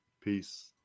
Peace